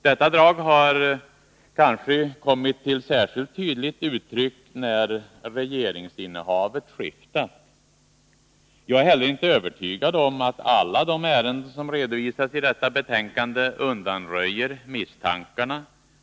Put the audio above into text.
Detta drag har kanske kommit till särskilt tydligt uttryck när regeringsinnehavet har skiftat. Jag är heller inte övertygad om att alla de ärenden som redovisas i detta betänkande undanröjer misstankarna.